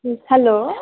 hello